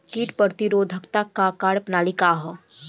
कीट प्रतिरोधकता क कार्य प्रणाली का ह?